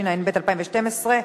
התשע"ב 2012,